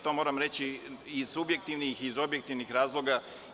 To moram reći i iz subjektivnih i iz objektivnih razloga.